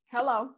Hello